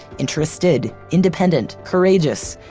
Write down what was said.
interested, independent, courageous,